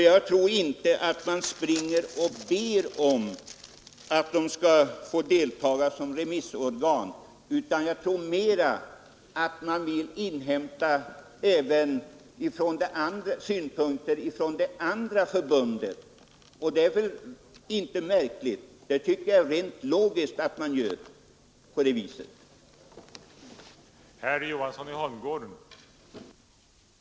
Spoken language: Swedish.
Jag tror inte att förbundet springer och ber om att få delta såsom remissorgan, utan jag tror mera att myndigheterna vill inhämta synpunkter även från det andra förbundet. Det är inte märkligt, utan jag tycker det är rent logiskt att göra så.